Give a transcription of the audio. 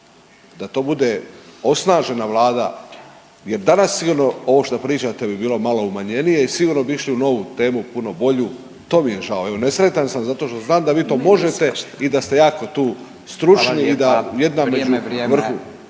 da to bude osnažena vlada jer danas i ono, ovo šta pričate bi bilo malo umanjenije i sigurno bi išli u novu temu puno bolju, to mi je žao. Evo, nesretan sam zato što znam da vi to možete i da ste jako tu stručni .../Upadica: Hvala